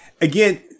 Again